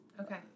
Okay